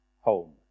home